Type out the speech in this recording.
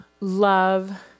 love